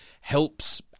helps